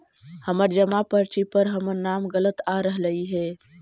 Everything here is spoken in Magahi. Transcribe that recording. हमर जमा पर्ची पर हमर नाम गलत आ रहलइ हे